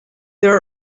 there